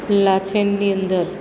લાચેનની અંદર